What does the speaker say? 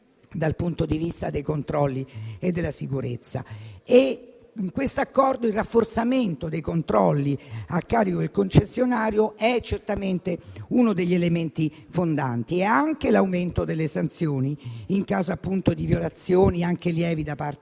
dal punto di vista dei controlli e della sicurezza. Il rafforzamento dei controlli a carico del concessionario è certamente uno degli elementi fondanti di questo accordo, come anche l'aumento delle sanzioni in caso di violazioni, anche lievi, da parte